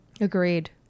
Agreed